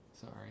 Sorry